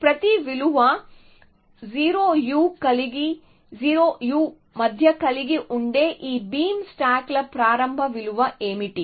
ప్రతి విలువ 0 u కలిగి ఉండే ఈ బీమ్ స్టాక్ల ప్రారంభ విలువ ఏమిటి